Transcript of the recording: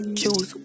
choose